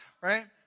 right